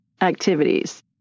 activities